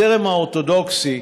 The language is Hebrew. הזרם האורתודוקסי,